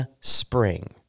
spring